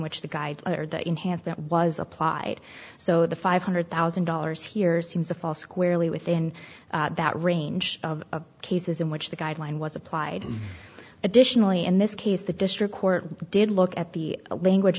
which the guide or the enhanced that was applied so the five hundred thousand dollars here seems to fall squarely within that range of cases in which the guideline was applied additionally in this case the district court did look at the language